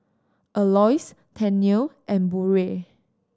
Aloys Tennille and Burrell